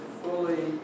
fully